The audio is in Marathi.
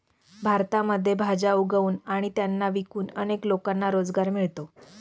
भारतामध्ये भाज्या उगवून आणि त्यांना विकून अनेक लोकांना रोजगार मिळतो